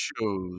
shows